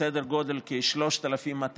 סדר גודל של כ-3,200,